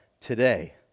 today